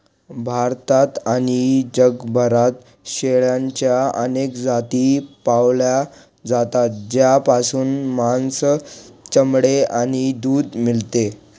भारतात आणि जगभरात शेळ्यांच्या अनेक जाती पाळल्या जातात, ज्यापासून मांस, चामडे आणि दूध मिळते